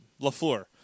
LaFleur